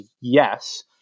yes